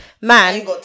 man